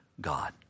God